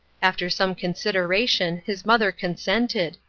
after some consideration his mother consented,